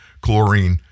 chlorine